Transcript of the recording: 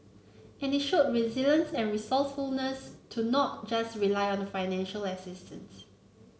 and they show resilience and resourcefulness to not just rely on the financial assistance